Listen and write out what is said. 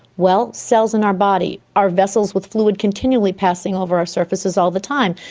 well, cells in our body are vessels with fluid continually passing over our surfaces all the time,